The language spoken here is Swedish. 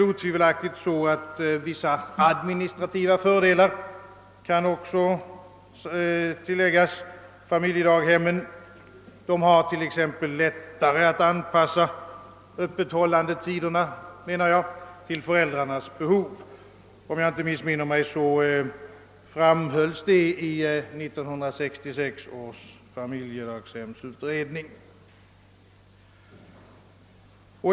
Otvivelaktigt kan vissa administrativa fördelar också tilläggas familjedaghemmen. De har t.ex. lättare att anpassa öppethållandetiderna till föräldrarnas behov. Om jag inte missminner mig framhölls - detta av 1966 års familjedaghemsutredning.